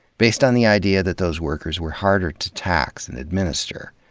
based on the idea that those workers were harder to tax and administer.